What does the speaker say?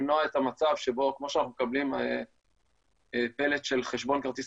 למנוע את המצב שבו כמו שאנחנו מקבלים פלט של חשבון כרטיס